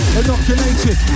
inoculated